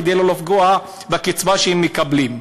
כדי לא לפגוע בקצבה שהם מקבלים.